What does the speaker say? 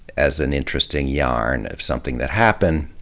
as an interesting yarn of something that happened,